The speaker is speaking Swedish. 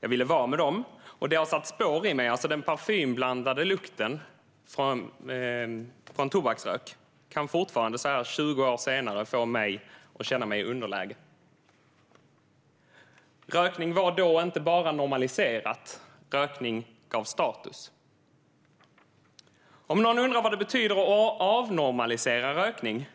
Jag ville vara med dem, och det har satt spår i mig. Den parfymblandade lukten av tobaksrök kan fortfarande, 20 år senare, få mig att känna mig i underläge. Rökning var då inte bara normaliserat, utan rökning gav status. Om någon undrar vad det betyder av avnormalisera rökning